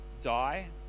die